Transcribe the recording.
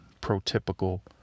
pro-typical